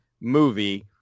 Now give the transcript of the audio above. movie